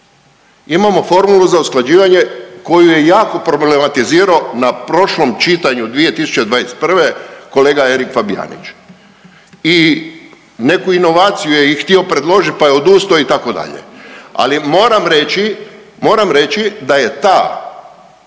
imamo formulu za usklađivanje koju je jako problematizirao na prošlom čitanju 2021. kolega Erik Fabijanić. I neku inovaciju je htio i predložit pa je odustao itd., ali moram reći, moram